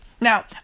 Now